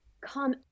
come